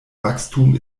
wachstum